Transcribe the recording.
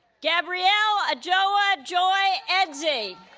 gabrielle ah joy ah joy edzie